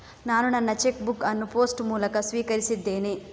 ನಾನು ನನ್ನ cheque book ಅನ್ನು ಪೋಸ್ಟ್ ಮೂಲಕ ಸ್ವೀಕರಿಸಿದ್ದೇನೆ